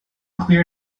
clear